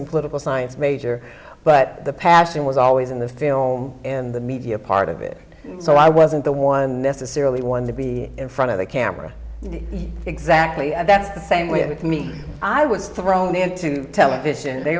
and political science major but the passion was always in the film and the media part of it so i wasn't the one necessarily wanted to be in front of the camera exactly and that's the same with me i was thrown into television